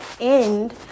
end